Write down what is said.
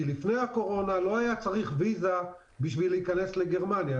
לפני הקורונה לא היה צריך ויזה בשביל להיכנס לגרמניה למשל,